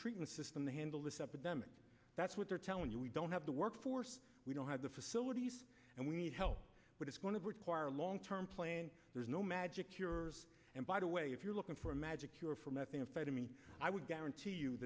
treatment system to handle this epidemic that's what they're telling you we don't have the workforce we don't have the facilities and we need help but it's going to require a long term plan there's no magic cure and by the way if you're looking for a magic cure for methamphetamine i would guarantee you